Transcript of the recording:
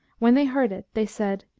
when they heard it, they said,